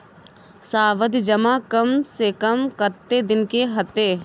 सावधि जमा कम से कम कत्ते दिन के हते?